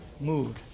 mood